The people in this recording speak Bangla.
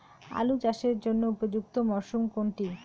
আলু চাষের জন্য উপযুক্ত মরশুম কোনটি?